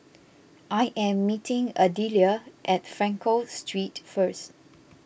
I am meeting Adelia at Frankel Street first